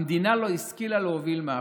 המדינה לא השכילה להוביל מהפך,